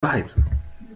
beheizen